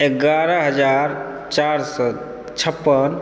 एगारह हजार चार सए छप्पन